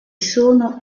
sono